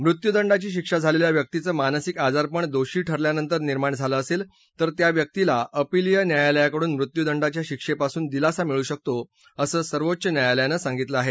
मृत्युदंडाची शिक्षा झालेल्या व्यक्तीचं मानसिक आजारपण दोषी ठरल्यानंतर निर्माण झालं असेल तर त्या व्यक्तीला अपिलीय न्यायालयाकडून मृत्युदंडाच्या शिक्षेपासून दिलासा मिळू शकतो असं सर्वोच्च न्यायालयानं सांगितलं आहे